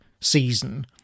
season